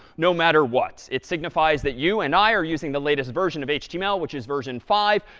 no matter what. it signifies that you and i are using the latest version of html, which is version five.